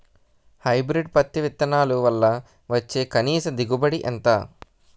Hybrid పత్తి విత్తనాలు వల్ల వచ్చే కనీస దిగుబడి ఎంత?